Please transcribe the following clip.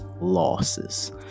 losses